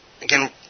Again